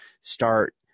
start